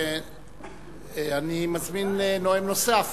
אני מזמין נואם נוסף,